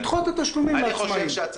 לדחות את התשלומים לעצמאים?